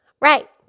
Right